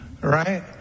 right